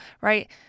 right